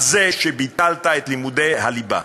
על זה שביטלת את לימודי הליבה.